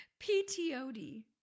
PTOD